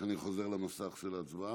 אם כך, סעיף 4, כנוסח הוועדה, עבר.